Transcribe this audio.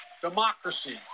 Democracy